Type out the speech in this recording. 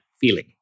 feeling